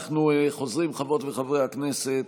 אנחנו חוזרים, חברות וחברי הכנסת,